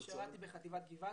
שירתי בחטיבת גבעתי.